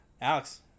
Alex